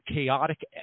chaotic